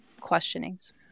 questionings